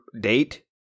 date